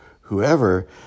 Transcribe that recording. whoever